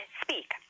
speak